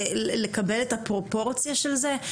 לקבל את הפרופורציה של זה,